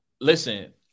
listen –